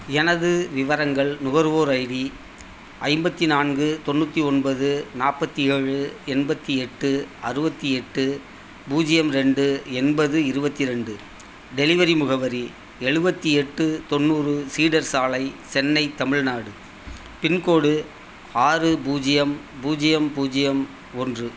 எனது விவரங்கள் நுகர்வோர் ஐடி ஐம்பத்து நான்கு தொண்ணூற்றி ஒன்பது நாற்பத்தி ஏழு எண்பத்தி எட்டு அறுபத்தி எட்டு பூஜ்ஜியம் ரெண்டு எண்பது இருபத்தி ரெண்டு டெலிவரி முகவரி எழுவத்தி எட்டு தொண்ணூறு சீடர் சாலை சென்னை தமிழ்நாடு பின்கோடு ஆறு பூஜ்ஜியம் பூஜ்ஜியம் பூஜ்ஜியம் ஒன்று